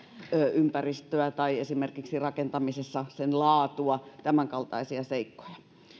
ympäristöä tai esimerkiksi rakentamisessa sen laatua tämänkaltaisia seikkoja